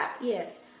Yes